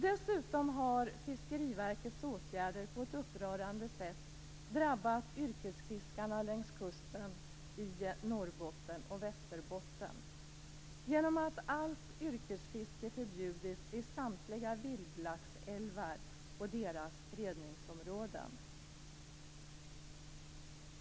Dessutom har Fiskeriverkets åtgärder på ett upprörande sätt drabbat yrkesfiskarna längs kusten i Norrbotten och Västerbotten genom att allt yrkesfiske förbjudits i samtliga vildlaxälvar och deras fredningsområden.